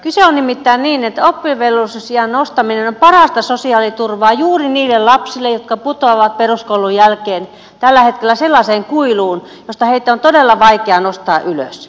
asia on nimittäin niin että oppivelvollisuusiän nostaminen on parasta sosiaaliturvaa juuri niille lapsille jotka putoavat peruskoulun jälkeen tällä hetkellä sellaiseen kuiluun josta heitä on todella vaikea nostaa ylös